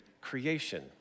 creation